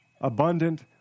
abundant